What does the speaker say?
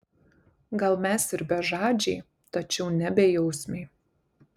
gal mes ir bežadžiai tačiau ne bejausmiai